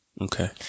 Okay